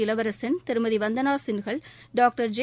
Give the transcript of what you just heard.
இளவரசன் திருமதி வந்தனா சின்கல் டாவ்டர் ஜெ